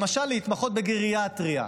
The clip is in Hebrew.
למשל להתמחות בגריאטריה.